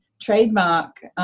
trademark